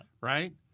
Right